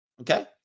Okay